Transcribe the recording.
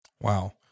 Wow